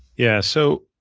yeah, so